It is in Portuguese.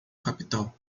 capital